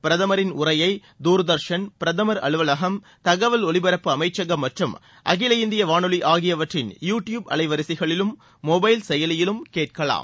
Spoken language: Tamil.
பிரதமரின் உரையை தூர்தர்ஷன் பிரதமா் அலுவலகம் தகவல் ஒலிபரப்பு அமைச்சகம் மற்றும் அகில இந்திய வானொலி ஆகியற்றின் யூ ட்யூப் அலைவரிசைகளிலும் மொனபல் செயலி யிலும் கேட்கலாம்